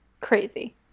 Crazy